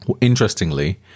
Interestingly